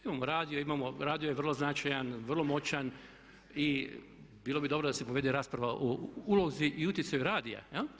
Imamo radio, radio je vrlo značajan, vrlo moćan i bilo bi dobro da se povede rasprava o ulozi i utjecaju radija.